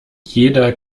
jeder